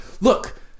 look